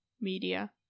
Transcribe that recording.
media